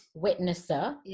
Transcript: witnesser